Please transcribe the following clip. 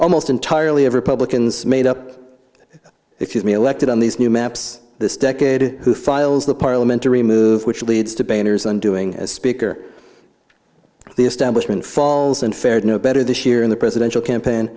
almost entirely of republicans made up if you mean elected on these new maps this decade who files the parliamentary move which leads to banners undoing as speaker the establishment falls and fared no better this year in the presidential campaign